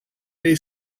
day